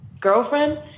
girlfriend